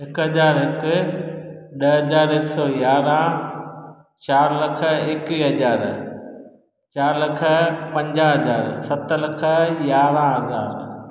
हिकु हज़ार हिकु ॾह हज़ार हिकु सौ यारहां चारि लख एकवीअ हज़ार चारि लख पंजाहु हज़ार सत लख यारहां हज़ार